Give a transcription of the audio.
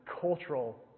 cultural